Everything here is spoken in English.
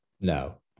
No